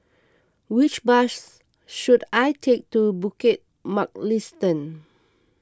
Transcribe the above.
which bus should I take to Bukit Mugliston